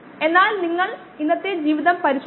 t V rnet 1200015 800 s or 13